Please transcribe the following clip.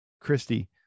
Christy